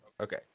okay